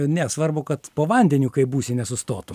ne svarbu kad po vandeniu kai būsi nesustotum